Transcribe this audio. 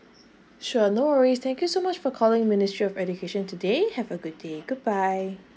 sure no worries thank you so much for calling ministry of education today have a good day goodbye